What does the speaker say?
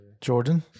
Jordan